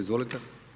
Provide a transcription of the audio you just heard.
Izvolite.